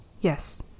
Yes